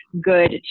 good